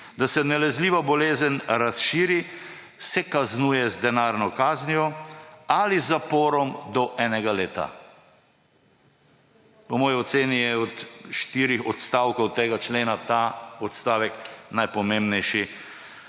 da se nalezljiva bolezen razširi, se kaznuje z denarno kaznijo ali zaporom do enega leta. Po moji oceni je od štirih odstavkov tega člena ta odstavek najpomembnejši.